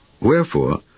Wherefore